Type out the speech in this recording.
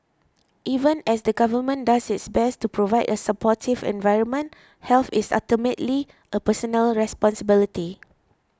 even as the government does its best to provide a supportive environment health is ultimately a personal responsibility